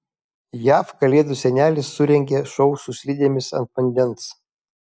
jav kalėdų senelis surengė šou su slidėmis ant vandens